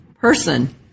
person